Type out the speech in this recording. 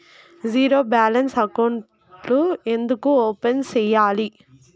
zero balance అకౌంట్లు ఎందుకు open సేయాలి